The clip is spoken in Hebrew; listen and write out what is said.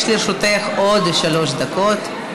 יש לרשותך עוד שלוש דקות.